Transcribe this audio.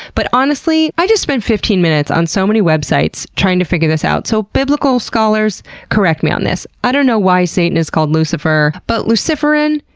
but honestly i just spent fifteen minutes on so many websites trying to figure this out so, biblical scholars correct me on this one. i don't know why satan is called lucifer, but luciferin,